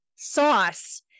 sauce